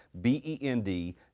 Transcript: B-E-N-D